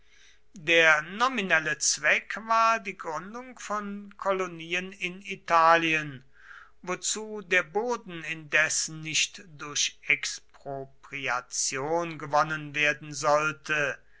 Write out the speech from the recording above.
der nominelle zweck war die gründung von kolonien in italien wozu der boden indes nicht durch expropriation gewonnen werden sollte